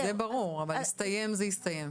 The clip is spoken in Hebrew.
זה ברור, אבל הסתיים זה הסתיים.